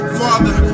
father